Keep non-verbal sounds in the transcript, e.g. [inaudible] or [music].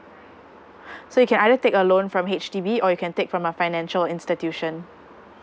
[breath] so you can either take a loan from H_D_B or you can take from a financial institution